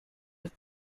have